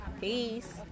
Peace